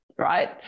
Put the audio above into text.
right